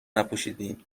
نپوشیدین